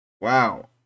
Wow